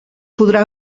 podrà